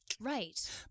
Right